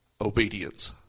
obedience